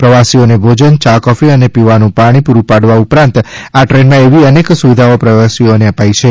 પ્રવાસીઓ ને ભોજન ચા કોફી અને પીવાનું પાણી પૂરું પાડવા ઉપરાંત આ ટ્રેનમાં એવી અનેક સુવિધા પ્રવાસીઓ ને અપાઈ છે